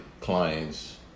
clients